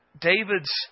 David's